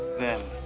then,